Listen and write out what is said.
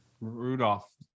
Rudolph